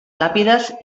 làpides